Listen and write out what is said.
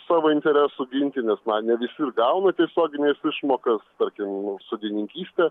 savo interesų ginti nes na ne visi ir gauna tiesiogines išmokas tarkim sodininkystė